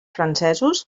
francesos